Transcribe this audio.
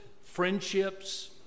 friendships